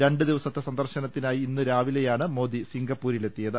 രണ്ട് ദിവസത്തെ സന്ദർശനത്തിനായി ഇന്നുരാവിലെയാണ് മോദി സിംഗപ്പൂരിലെത്തിയത്